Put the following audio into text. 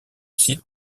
site